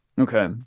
Okay